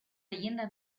leyenda